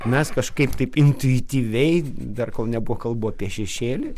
mes kažkaip taip intuityviai dar kol nebuvo kalbų apie šešėlį